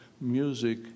music